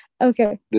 Okay